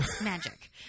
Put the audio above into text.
Magic